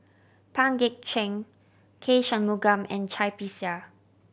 Pang Guek Cheng K Shanmugam and Cai Bixia